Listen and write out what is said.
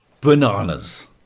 bananas